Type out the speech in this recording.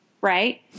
Right